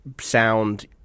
sound